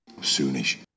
Soonish